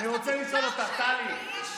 אני רוצה לשאול אותך, טלי.